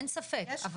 אין ספק.